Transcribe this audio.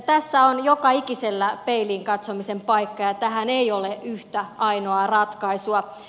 tässä on joka ikisellä peiliin katsomisen paikka ja tähän ei ole yhtä ainoaa ratkaisua